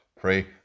pray